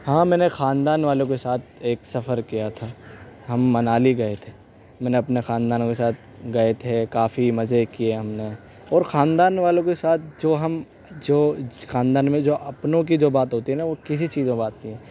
ہاں میں نے خاندان والوں کے ساتھ ایک سفر کیا تھا ہم منالی گئے تھے میں نے اپنے خاندان والوں کے ساتھ گئے تھے کافی مزے کیے ہم نے اور خاندان والوں کے ساتھ جو ہم جو خاندان میں جو اپنوں کی جو بات ہوتی ہے نا وہ کسی چیز وہ بات نہیں ہے